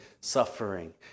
suffering